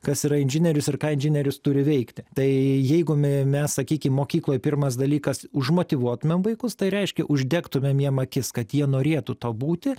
kas yra inžinierius ir ką inžinierius turi veikti tai jeigu me mes sakykim mokykloj pirmas dalykas už motyvuotumėm vaikus tai reiškia uždegtumėm jiem akis kad jie norėtų tuo būti